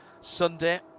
Sunday